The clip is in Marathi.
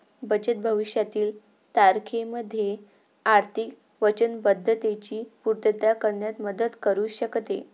बचत भविष्यातील तारखेमध्ये आर्थिक वचनबद्धतेची पूर्तता करण्यात मदत करू शकते